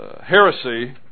Heresy